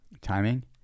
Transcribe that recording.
timing